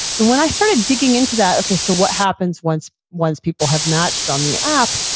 and when i started digging into that, okay, so what happens once once people have matched on the app,